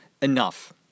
enough